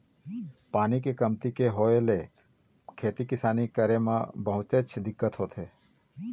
पानी के कमती के होय ले खेती किसानी करे म बहुतेच दिक्कत होथे